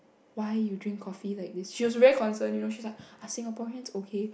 why you drink coffee like this she was very concerned you know she's like are Singaporeans okay